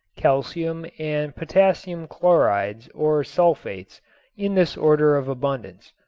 calcium and potassium chlorides or sulfates in this order of abundance.